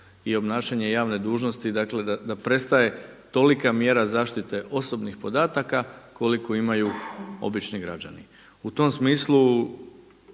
i obnašanje javne dužnosti, dakle da prestaje tolika mjera zaštite osobnih podataka koliku imaju obični građani. U tom smislu